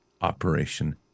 Operation